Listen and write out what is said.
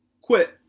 quit